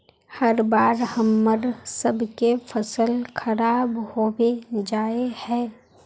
हर बार हम्मर सबके फसल खराब होबे जाए है?